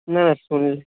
না না